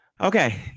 Okay